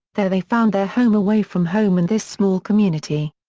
there they found their home away from home in this small community.